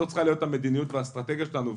זאת צריכה להיות המדיניות והאסטרטגיה שלנו,